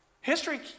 History